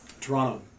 Toronto